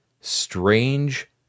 strange